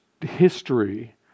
history